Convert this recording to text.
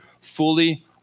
fully